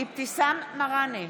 אבתיסאם מראענה,